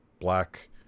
black